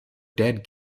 dead